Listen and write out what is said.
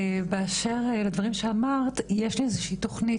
באשר לדברים שאמרת יש איזו שהיא תכנית